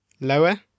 Lower